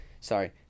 Sorry